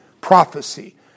prophecy